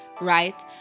right